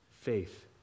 Faith